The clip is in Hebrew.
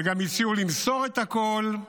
וגם הציעו למסור את הכול,